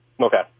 Okay